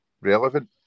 relevant